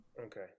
Okay